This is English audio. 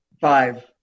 Five